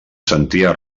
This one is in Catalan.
sentia